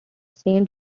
saint